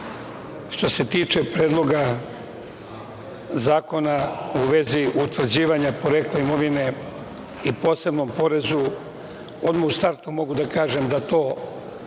što se tiče Predloga zakona u vezi utvrđivanja porekla imovine i posebnom porezu, odmah u startu mogu da kažem da to